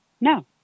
no